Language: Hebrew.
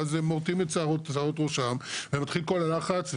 והם מורטים את שיערות ראשם ומתחיל כל הלחץ,